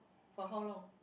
for how long